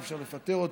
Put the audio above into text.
אי-אפשר לפטר אותו,